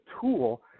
tool